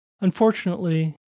Unfortunately